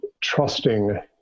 trusting